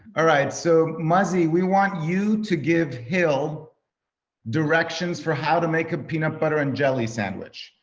ah right, so muzzie we want you to give hill directions for how to make a peanut butter and jelly sandwich.